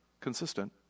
consistent